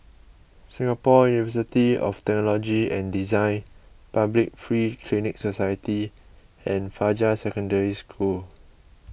Singapore University of Technology and Design Public Free Clinic Society and Fajar Secondary School